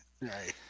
Right